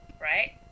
Right